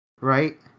right